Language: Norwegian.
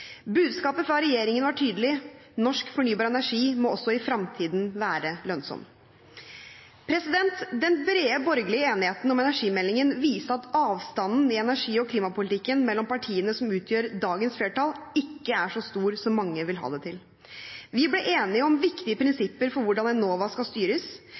Budskapet fra regjeringen var tydelig: Norsk fornybar energi må også i fremtiden være lønnsom. Den brede borgerlige enigheten om energimeldingen viser at avstanden i energi- og klimapolitikken mellom partiene som utgjør dagens flertall, ikke er så stor som mange vil ha det til. Vi ble enige om viktige prinsipper for hvordan Enova skal styres.